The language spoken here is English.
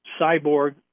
cyborg